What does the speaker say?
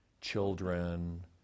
children